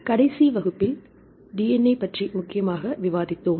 கடைசி வகுப்பில் DNA பற்றி முக்கியமாக விவாதித்தோம்